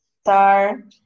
star